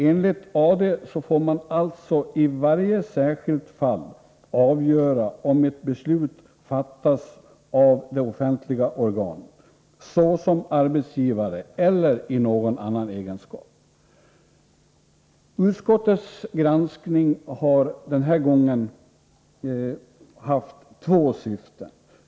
Enligt AD får man alltså i varje särskilt fall avgöra om ett beslut fattas av det offentliga organet, såsom arbetsgivare eller i någon annan egenskap. Utskottets granskning den här gången har haft två syften.